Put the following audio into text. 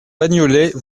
bagnolet